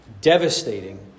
devastating